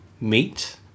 meet